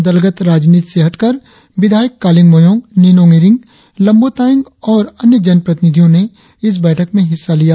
दलगत राजनीति से हटकर विधायक कालिंग मोयोंग निनोंग ईरिंग लम्बो तायेंग और जनप्रतिनिधियों ने इस बैठक में हिस्सा लिया